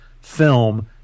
film